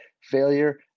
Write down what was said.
Failure